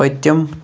پٔتِم